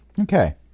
Okay